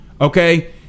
Okay